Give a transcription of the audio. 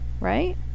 right